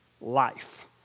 life